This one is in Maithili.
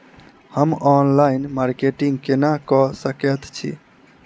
हम ऑनलाइन मार्केटिंग केना कऽ सकैत छी?